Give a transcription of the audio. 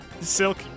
Silk